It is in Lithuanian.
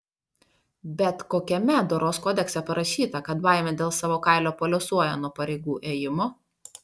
bet kokiame doros kodekse parašyta kad baimė dėl savo kailio paliuosuoja nuo pareigų ėjimo